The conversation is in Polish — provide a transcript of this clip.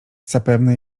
zapewne